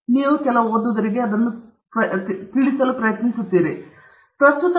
ನೀವು ಕೆಲವು ಓದುಗರಿಗೆ ತಿಳಿಸಲು ಪ್ರಯತ್ನಿಸುತ್ತಿದ್ದೀರಿ ನೀವು ಸರಿಯಾಗಿ ಮಾಡಿದ ಕೆಲವು ಕೆಲಸದ ಓದುಗರನ್ನು ನೀವು ತಿಳಿಸುತ್ತೀರಿ